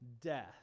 death